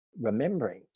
remembering